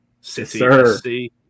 city